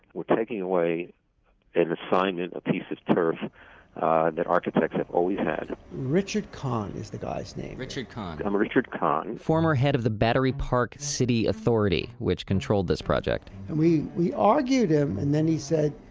we're taking away an assignment, a piece of turf that architects have always had richard kahan is the guy's name richard kahan i am richard kahan former head of the battery park city authority, which controlled this project and we we argued him and then he said,